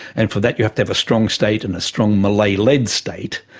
and for that you have to have a strong state and a strong malay-led state,